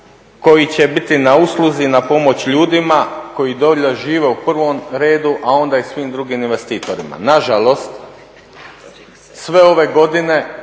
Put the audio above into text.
koji će biti na usluzi, na pomoć ljudima, koji dolje žive u prvom redu, a onda i svim drugim investitorima. Na žalost, sve ove godine